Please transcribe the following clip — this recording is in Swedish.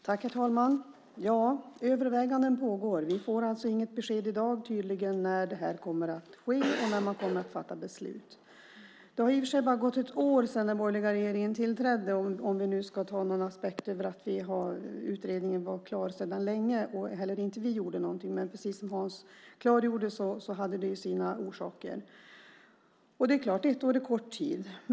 Herr talman! Överväganden pågår. Vi får tydligen inget besked i dag om när det här kommer att ske och när man kommer att fatta beslut. Det har i och för sig bara gått ett år sedan den borgerliga regeringen tillträdde, om vi nu ska ha någon aspekt på att utredningen var klar sedan länge och inte heller vi gjorde någonting. Men, precis som Hans klargjorde, hade det sina orsaker. Ett år är kort tid.